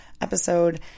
episode